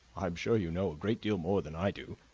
i am sure you know a great deal more than i do.